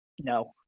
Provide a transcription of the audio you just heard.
No